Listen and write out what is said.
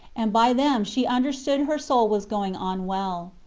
and by them she understood her soul was going on well.